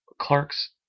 Clark's